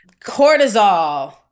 cortisol